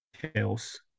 details